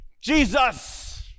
Jesus